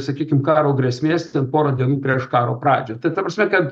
sakykim karo grėsmės ten porą dienų prieš karo pradžią tai ta prasme kad